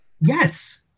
yes